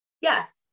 Yes